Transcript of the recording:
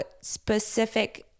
specific